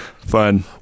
Fun